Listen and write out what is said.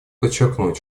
подчеркнуть